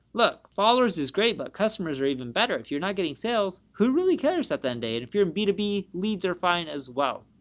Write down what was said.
look, followers is great, but customers are even better. if you're not getting sales, who really cares at the end day. and if you're in b two b leads are fine as well.